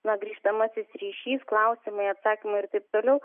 na grįžtamasis ryšys klausimai atsakymai ir taip toliau